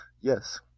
yes